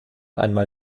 einmal